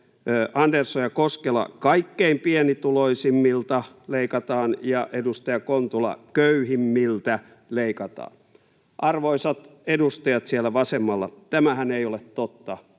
Andersson ja Koskela ”kaikkein pienituloisimmilta leikataan” ja edustaja Kontula ”köyhimmiltä leikataan”. Arvoisat edustajat siellä vasemmalla, tämähän ei ole totta.